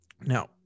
Now